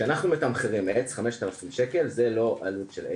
כשאנחנו מתמחרים לעץ 5,000 שקל, זה לא עלות של עץ,